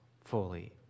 fully